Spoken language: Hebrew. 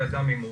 אלא גם הימורים.